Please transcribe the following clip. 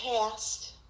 past